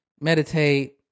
Meditate